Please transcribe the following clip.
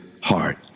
heart